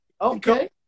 Okay